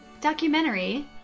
documentary